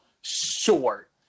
short